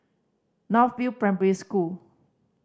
North View Primary School